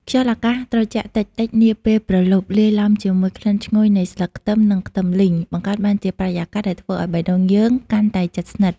ខ្យល់អាកាសត្រជាក់តិចៗនាពេលព្រលប់ លាយឡំជាមួយក្លិនឈ្ងុយនៃស្លឹកខ្ទឹម និងខ្ទឹមលីង បង្កើតបានជាបរិយាកាសដែលធ្វើឱ្យបេះដូងយើងកាន់តែជិតស្និទ្ធ។